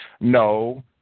No